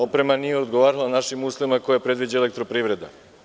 Oprema nije odgovarala našim uslovima koje predviđa elektroprivreda.